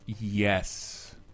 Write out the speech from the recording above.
Yes